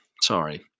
Sorry